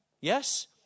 yes